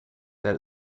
that